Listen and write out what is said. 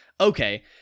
okay